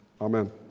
Amen